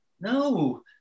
No